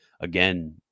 again